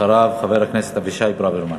ואחריו, חבר הכנסת אבישי ברוורמן.